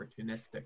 opportunistic